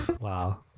Wow